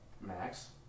Max